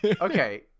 Okay